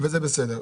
וזה בסדר.